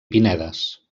pinedes